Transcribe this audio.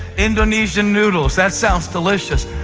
indonesian noodles. that sounds delicious.